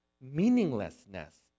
meaninglessness